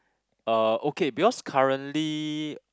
uh okay because currently